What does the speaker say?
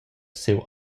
siu